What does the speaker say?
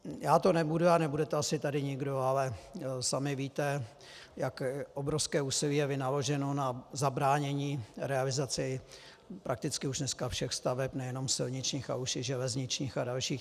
Já to nebudu a nebude to tady asi nikdo, ale sami víte, jak obrovské úsilí je vynaloženo na zabránění realizace prakticky dnes už všech staveb, nejen silničních, ale už i železničních a dalších.